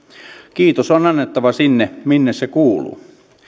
kiitos on annettava sinne minne se kuuluu